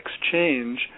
exchange